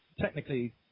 technically